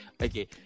Okay